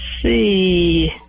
see